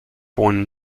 won